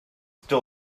still